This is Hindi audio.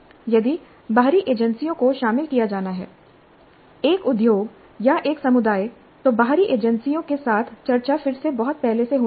यदि बाहरी एजेंसियों को शामिल किया जाना है एक उद्योग या एक समुदाय तो बाहरी एजेंसियों के साथ चर्चा फिर से बहुत पहले से होनी चाहिए